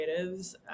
creatives